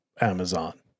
Amazon